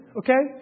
okay